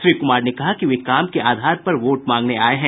श्री कुमार ने कहा कि वे काम के आधार पर वोट मांगने आये हैं